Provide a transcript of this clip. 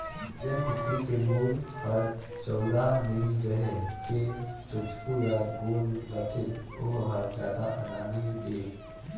जेन कुकरी के मूढ़ हर चउड़ा नइ रहि के चोचकू य गोल रथे ओ हर जादा अंडा नइ दे